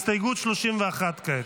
הסתייגות 31 כעת.